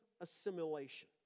assimilation